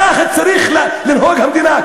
ככה צריכה לנהוג המדינה,